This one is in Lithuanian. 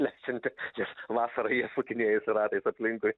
lesinti nes vasarą jie sukinėjasi ratais aplinkui